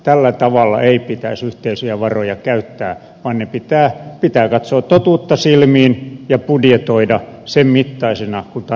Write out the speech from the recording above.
tällä tavalla ei pitäisi yhteisiä varoja käyttää vaan pitää katsoa totuutta silmiin ja budjetoida sen mittaisena kuin tarve vaatii